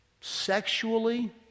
sexually